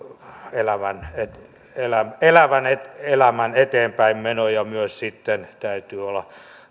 elävän elämän eteenpäinmeno ja myös täytyy olla